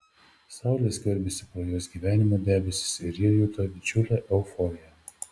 saulė skverbėsi pro jos gyvenimo debesis ir ji juto didžiulę euforiją